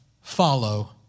follow